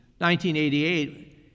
1988